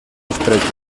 estret